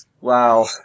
Wow